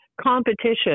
competition